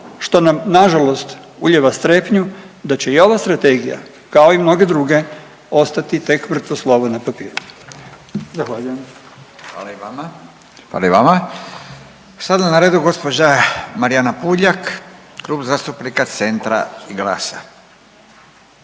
što nam na žalost ulijeva strepnju da će i ova strategija kao i mnoge druge ostati tek mrtvo slovo na papiru. Zahvaljujem. **Radin, Furio (Nezavisni)** Hvala i vama. Sada je na redu gospođa Marijana Puljak, Klub zastupnika Centra i GLAS-a?